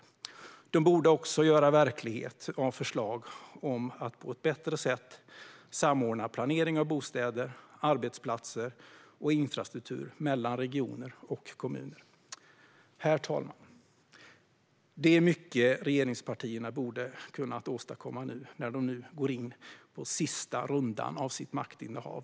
Regeringen borde också göra verklighet av förslag om att på ett bättre sätt samordna planering av bostäder, arbetsplatser och infrastruktur mellan regioner och kommuner. Herr talman! Det är mycket regeringspartierna borde kunna åstadkomma när de nu går in på sista rundan av sitt maktinnehav.